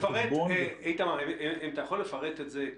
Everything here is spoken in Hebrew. אם אתה יכול לפרט את זה.